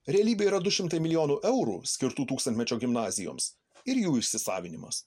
realybė yra du šimtai milijonų eurų skirtų tūkstantmečio gimnazijoms ir jų įsisavinimas